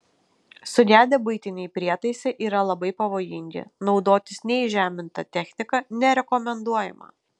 sugedę buitiniai prietaisai yra labai pavojingi naudotis neįžeminta technika nerekomenduojama